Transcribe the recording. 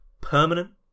Permanent